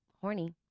horny